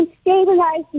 stabilize